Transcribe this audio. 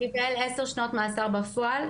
קיבל עשר שנות מאסר בפועל,